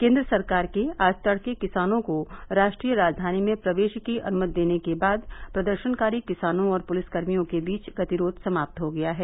केंद्र सरकार के आज तड़के किसानों को राष्ट्रीय राजधानी में प्रवेश की अनुमति देने के बाद प्रदर्शनकारी किसानों और पुलिसकर्मियों के बीच गतिरोध समाप्त हो गया है